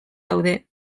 daude